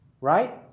right